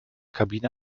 kabine